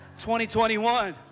2021